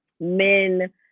Men